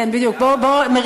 חכה, שתעבור הצעת